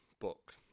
book